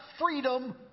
freedom